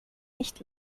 nicht